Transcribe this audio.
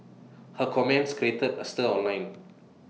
her comments created A stir online